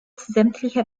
sämtliche